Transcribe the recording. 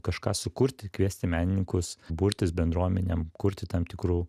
kažką sukurti kviesti menininkus burtis bendruomenėm kurti tam tikrų